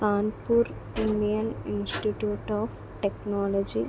Kanpur Indian institute of technology